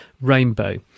rainbow